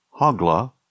Hogla